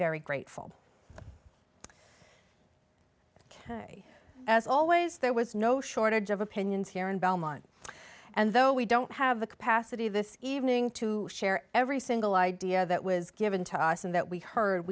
very grateful ok as always there was no shortage of opinions here in belmont and though we don't have the capacity this evening to share every single idea that was given to us and that we heard